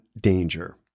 danger